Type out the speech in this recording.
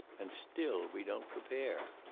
and still we don't prepare!